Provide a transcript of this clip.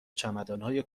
چمدانهای